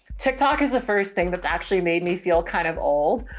tiktok is the first thing that's actually made me feel kind of old.